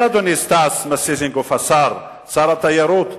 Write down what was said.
כן, אדוני סטס מיסז'ניקוב, שר התיירות,